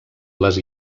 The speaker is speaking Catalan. les